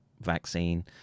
vaccine